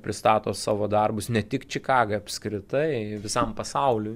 pristato savo darbus ne tik čikagą apskritai visam pasauliui